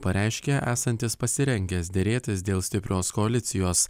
pareiškė esantis pasirengęs derėtis dėl stiprios koalicijos